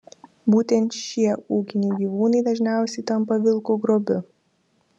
būtent šie ūkiniai gyvūnai dažniausiai tampa vilkų grobiu